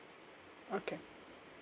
okay